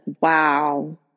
wow